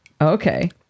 okay